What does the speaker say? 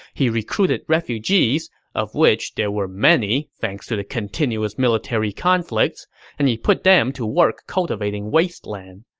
he recruited refugees of which there were many, thanks to the continuous military conflicts and he put them to work cultivating wasteland.